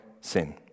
Sin